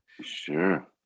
sure